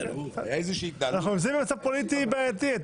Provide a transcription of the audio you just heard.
אנחנו נמצאים במצב פוליטי בעייתי.